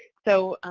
so,